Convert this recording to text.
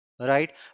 right